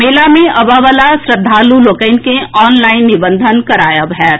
मेला मे अबएवला श्रद्धालु लोकनि के ऑनलाइन निबंधन कराएब होएत